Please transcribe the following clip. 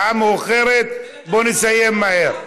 השעה מאוחרת, בואו נסיים מהר.